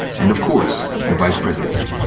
and of course the vice presidency.